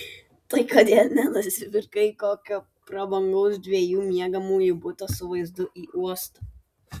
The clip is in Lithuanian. tai kodėl nenusipirkai kokio prabangaus dviejų miegamųjų buto su vaizdu į uostą